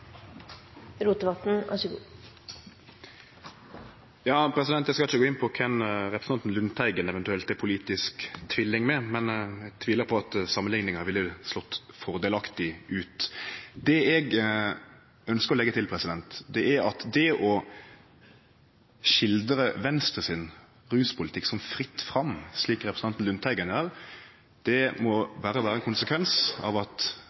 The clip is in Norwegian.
Lundteigen eventuelt er politisk tvilling med, men eg tviler på at samanlikninga ville falle fordelaktig ut. Det eg ønskjer å leggje til, er at det å skildre Venstre sin ruspolitikk som «fritt fram», slik representanten Lundteigen gjer, må berre vere ein konsekvens av at